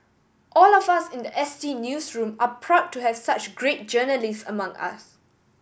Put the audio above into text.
all of us in the S T newsroom are proud to have such great journalist among us